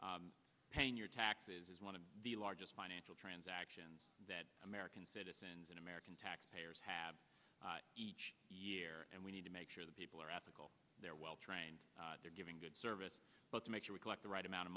mentioned paying your taxes is one of the largest financial transactions that american citizens in american taxpayers have each year and we need to make sure that people are apical they're well trained they're giving good service but to make sure we collect the right amount of